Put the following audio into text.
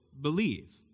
believe